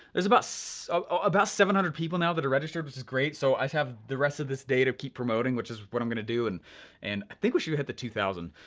there's about so about seven hundred people now that are registered, which is great, so i have the rest of this day to keep promoting, which is what i'm gonna do, and and i think we should hit the two thousand.